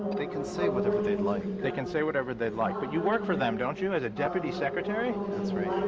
they can say whatever they'd like. they can say whatever they'd like. but you work for them, don't you, as a deputy secretary? that's right.